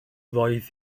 roedd